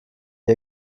die